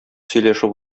сөйләшеп